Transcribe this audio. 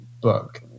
book